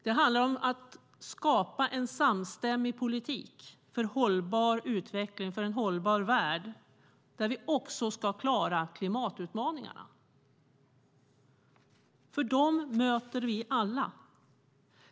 Det handlar om att skapa en samstämmig politik för hållbar utveckling och för en hållbar värld där vi också ska klara klimatutmaningarna. Dem möter vi alla.